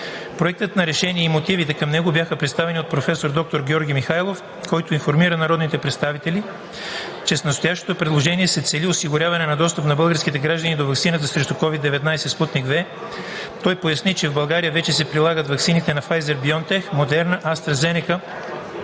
Проектът на решение и мотивите към него бяха представени от професор доктор Георги Михайлов, който информира народните представители, че с настоящото предложение се цели осигуряването на достъп на българските граждани до ваксината срещу COVID-19 „Спутник V“. Той поясни, че в България вече се прилагат ваксините на Pfizer-BioNTech, Moderna, AstraZeneca